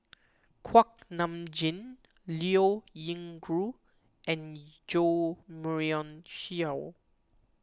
Kuak Nam Jin Liao Yingru and Jo Marion Seow